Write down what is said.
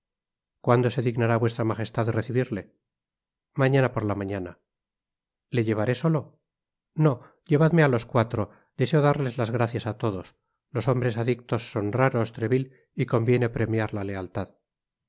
cuando se dignará vuestra magesfad recibirle mañana por la mañana le llevaré solo no llevadme á los cuatro deseo darles las gracias á lodos los hombres adictos son raros treville y conviene premiar la lealtad